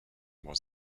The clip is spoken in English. was